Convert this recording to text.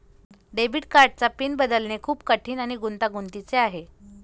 debit कार्डचा pin बदलणे खूप कठीण आणि गुंतागुंतीचे आहे